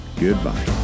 Goodbye